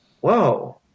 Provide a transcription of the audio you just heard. whoa